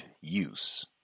use